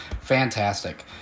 Fantastic